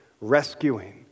rescuing